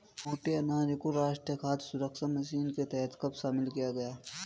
मोटे अनाज को राष्ट्रीय खाद्य सुरक्षा मिशन के तहत कब शामिल किया गया?